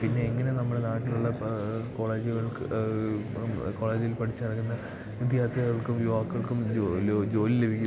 പിന്നെ എങ്ങനെ നമ്മുടെ നാട്ടിലുള്ള കോളേജുകൾക്ക് നമ്മള് കോളേജിൽ പഠിച്ചിറങ്ങുന്ന വിദ്യാർത്ഥികൾക്കും യുവാക്കൾക്കും ജോലി ജോലി ലഭിക്കും